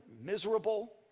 miserable